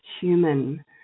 human